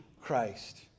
Christ